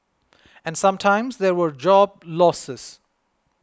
and sometimes there were job losses